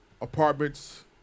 apartments